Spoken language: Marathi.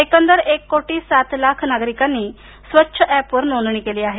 एकंदर एक कोटी सात लाख नागरीकांनी स्वच्छ अॅपवर नोंदणी केली आहे